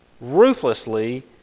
Ruthlessly